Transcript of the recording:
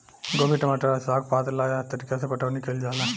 गोभी, टमाटर आ साग पात ला एह तरीका से पटाउनी कईल जाला